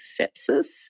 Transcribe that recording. sepsis